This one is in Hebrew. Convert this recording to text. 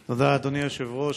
תודה, אדוני היושב-ראש.